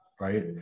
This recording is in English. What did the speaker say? right